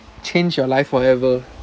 change your life forever